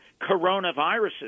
coronaviruses